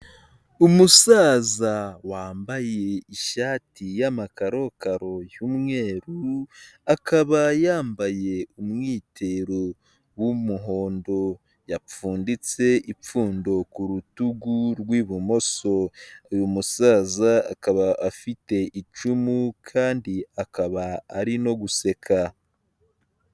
Umusaza wambaye ishati y'amakarokaro y'umweru, akaba yambaye umwitero w'umuhondo yapfunditse ipfundo ku rutugu rw'ibumoso, uyu musaza akaba afite icumu kandi akaba ari guseka.